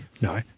No